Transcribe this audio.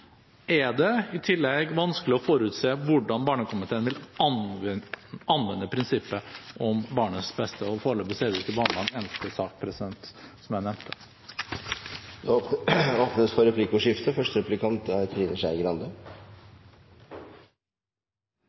er det i tillegg vanskelig å forutse hvordan Barnekomiteen vil anvende prinsippet om barnets beste. Foreløpig er det jo ikke behandlet en eneste sak, som jeg nevnte. Det blir replikkordskifte. Stortinget er nå så heldig at vi endelig har fått et eget organ under Stortinget som er vår nasjonale institusjon for